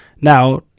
now